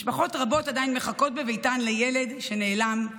משפחות רבות עדיין מחכות בביתן לילד שנעלם,